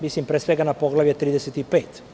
Mislim pre svega na poglavlje 35.